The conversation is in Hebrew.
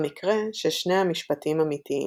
במקרה ששני המשפטים אמיתיים?